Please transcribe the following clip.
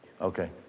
Okay